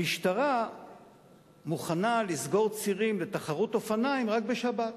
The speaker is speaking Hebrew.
המשטרה מוכנה לסגור צירים לתחרות אופניים רק בשבת.